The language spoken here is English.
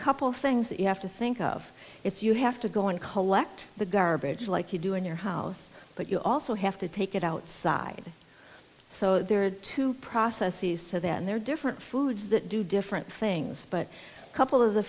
couple things that you have to think of it's you have to go and collect the garbage like you do in your house but you also have to take it outside so there are two processes so then there are different foods that do different things but a couple of the